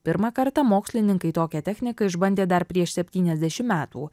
pirmą kartą mokslininkai tokią techniką išbandė dar prieš septyniasdešimt metų